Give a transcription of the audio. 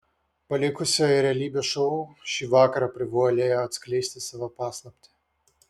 palikusioji realybės šou šįvakar privalėjo atskleisti savo paslaptį